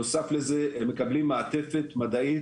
נוסף לזה הם מקבלים מעטפת מדעית,